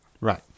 Right